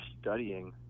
studying